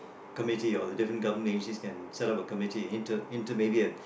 committee or the different government agencies can set up a committee inter~ maybe a